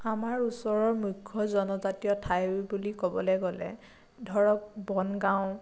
আমাৰ ওচৰৰ মুখ্য জনজাতীয় ঠাই বুলি ক'বলৈ গ'লে ধৰক বনগাঁও